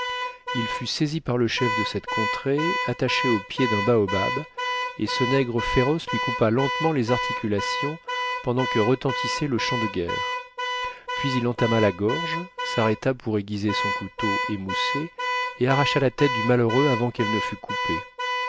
il fut saisi par le chef de cette contrée attaché au pied d'un baobab et ce nègre féroce lui coupa lentement les articulations pendant que retentissait le chant de guerre puis il entama la gorge s'arrêta pour aiguiser son couteau émoussé et arracha la tête du malheureux avant qu'elle ne fût coupée